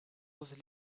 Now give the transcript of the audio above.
was